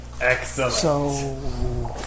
Excellent